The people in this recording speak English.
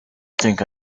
think